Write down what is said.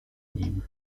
nim